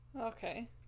Okay